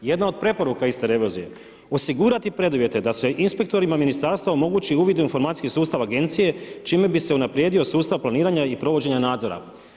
Jedna od preporuka iz te revizije, osigurati preduvjete, da se inspektorima ministarstva omogući uvid u informacijske sustav agencije, čime bi se unaprijedio sustav planiranja i provođenja nadzora.